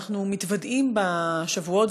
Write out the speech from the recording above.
אנחנו מתוודעים בשבועות,